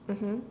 mmhmm